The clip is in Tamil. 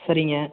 சரிங்க